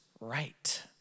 right